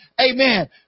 Amen